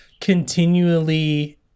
continually